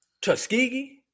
Tuskegee